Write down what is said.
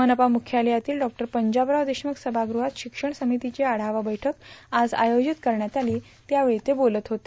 मनपा मुख्यालयातील डॉ पंजाबराव देशमुख सभागृहात शिक्षण समितीची आढावा बैठक आज आयोजित करण्यात आली त्यावेळी ते बोलत होते